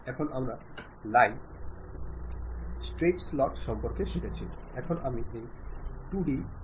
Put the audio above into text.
അതിനാൽ നിങ്ങൾ ഒരു സന്ദേശം അയയ്ക്കുമ്പോൾ മാധ്യമം തീരുമാനിക്കുന്നതിൽ പ്രത്യേക ശ്രദ്ധയുണ്ടാവണം